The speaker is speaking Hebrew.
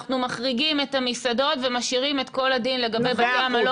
אנחנו מחריגים את המסעדות ומשאירים את כל הדין לגבי בתי המלון כפי שהוא.